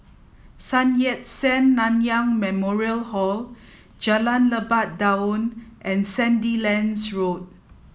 Sun Yat Sen Nanyang Memorial Hall Jalan Lebat Daun and Sandilands Road